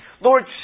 Lord